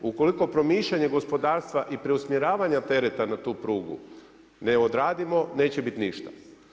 Ukoliko promišljanje gospodarstva i preusmjeravanja tereta na tu prugu ne odradimo neće biti ništa.